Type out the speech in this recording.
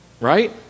Right